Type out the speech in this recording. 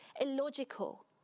illogical